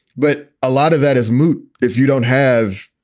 but a lot of that is moot if you don't have,